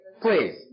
Please